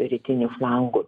rytiniu flangu